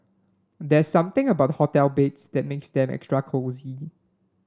there's something about the hotel beds that makes them extra cosy